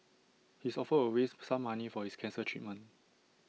his offer will raise some money for his cancer treatment